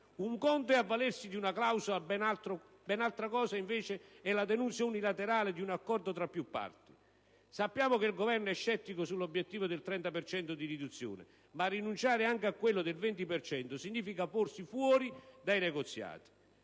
Un conto è avvalersi di una clausola, ben altra cosa è la denuncia unilaterale di un accordo tra più parti. Sappiamo che il Governo è scettico sull'obiettivo del 30 per cento di riduzione, ma rinunciare anche a quello del 20 per cento significa porsi fuori dai negoziati.